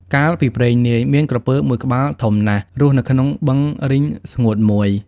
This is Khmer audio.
កាលពីព្រេងនាយ មានក្រពើមួយក្បាលធំណាស់ រស់នៅក្នុងបឹងរីងស្ងួតមួយ។